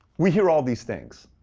we hear all these things.